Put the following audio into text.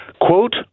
Quote